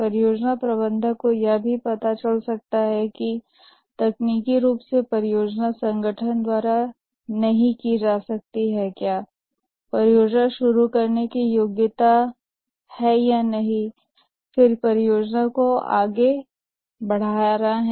परियोजना प्रबंधक को यह भी पता चल सकता है कि तकनीकी रूप से परियोजना संगठन द्वारा नहीं की जा सकती है परियोजना शुरू करने की योग्यता नहीं है और या फिर परियोजना आगे नहीं बढ़ रही है